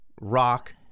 rock